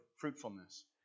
fruitfulness